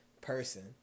person